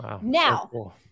Now